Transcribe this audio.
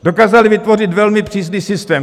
Dokázali vytvořit velmi přísný systém.